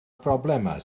broblemau